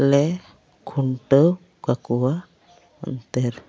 ᱞᱮ ᱠᱷᱩᱸᱴᱟᱹᱣ ᱠᱟᱠᱚᱣᱟ ᱚᱱᱛᱮᱨᱮ